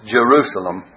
Jerusalem